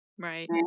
Right